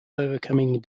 overcoming